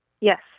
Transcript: Yes